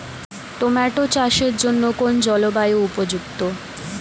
Tomato চাষের জন্য কোন জলবায়ু উপযুক্ত?